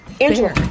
Angela